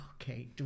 Okay